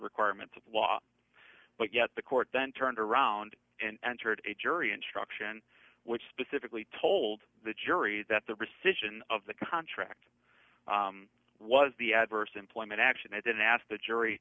requirements of law but yet the court then turned around and entered a jury instruction which specifically told the jury that the rescission of the contract was the adverse employment action and then asked the jury